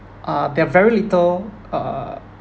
uh there are very little uh